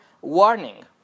warning